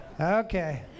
Okay